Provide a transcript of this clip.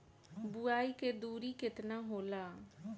बुआई के दूरी केतना होला?